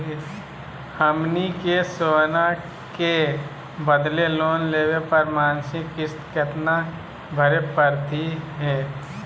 हमनी के सोना के बदले लोन लेवे पर मासिक किस्त केतना भरै परतही हे?